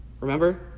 Remember